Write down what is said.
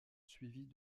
suivis